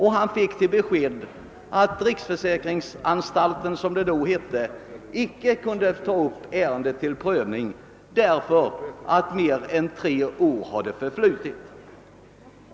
Han fick beskedet att riksförsäkringsanstalten, som verket då hette, icke kunde ta upp ärendet till prövning därför att mer än tre år hade förflutit.